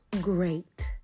great